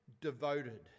devoted